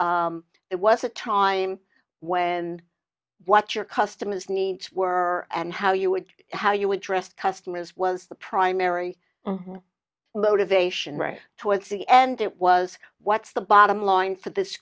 it was a time when what your customer's needs were and how you would how you addressed customers was the primary motivation right towards the end it was what's the bottom line for this